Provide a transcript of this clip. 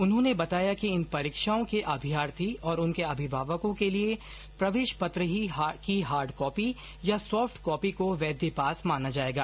उन्होंने बताया कि इन परीक्षाओं के अभ्यर्थी और उनके अभिभावकों के लिए प्रवेश पत्र की हार्ड या सॉफ्ट कॉपी को वैध पास माना जाएगा